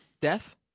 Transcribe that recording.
Death